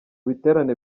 biterane